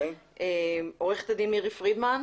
עורכת הדין מירי פרידמן.